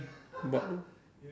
but low